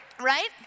right